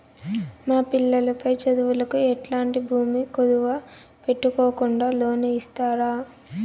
మా పిల్లలు పై చదువులకు ఎట్లాంటి భూమి కుదువు పెట్టుకోకుండా లోను ఇస్తారా